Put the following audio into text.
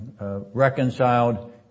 reconciled